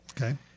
Okay